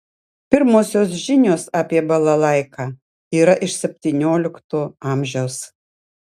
pirmosios žinios apie balalaiką yra iš septyniolikto amžiaus